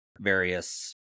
various